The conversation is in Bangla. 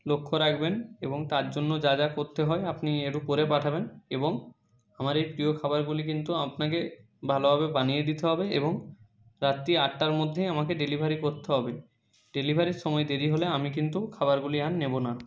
লক্ষ্য রাখবেন এবং তার জন্য যা যা করতে হয় আপনি একটু করে পাঠাবেন এবং আমার এই প্রিয় খাবারগুলি কিন্তু আপনাকে ভালোভাবে বানিয়ে দিতে হবে এবং রাত্রি আটটার মধ্যেই আমাকে ডেলিভারি করতে হবে ডেলিভারির সময় দেরি হলে আমি কিন্তু খাবারগুলি আর নেবো না